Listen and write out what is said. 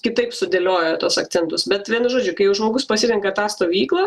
kitaip sudėliojo tuos akcentus bet vienu žodžiu kai jau žmogus pasirenka tą stovyklą